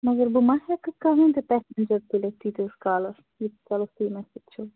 مگر بہِ مہ ہیٚکہٕ کٕہٕنۍ تہِ پسینجر تُلَتھ تیٖتِس کالس یٖتِس کالس تُہۍ مےٚ سۭتۍ چھِو